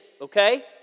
okay